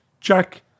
Jack